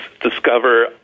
discover